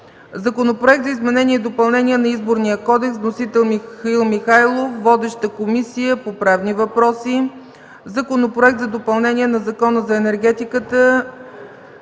Законопроект за изменение и допълнение на Изборния кодекс. Вносител е Михаил Михайлов. Водеща е Комисията по правни въпроси. Законопроект за допълнение на Закона за енергетиката.